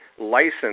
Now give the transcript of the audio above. license